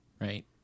Right